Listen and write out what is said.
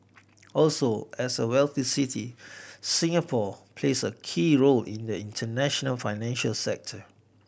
also as a wealthy city Singapore plays a key role in the international financial sector